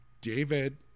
David